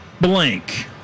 blank